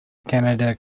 canada